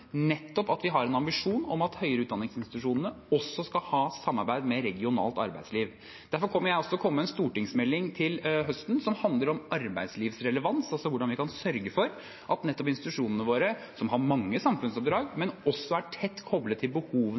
ambisjon om at høyere utdanningsinstitusjoner også skal ha samarbeid med regionalt arbeidsliv. Derfor kommer jeg til høsten med en stortingsmelding som handler om arbeidslivsrelevans, altså hvordan vi kan sørge for at nettopp institusjonene våre, som har mange samfunnsoppdrag, er tett koblet til behovene